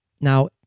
Now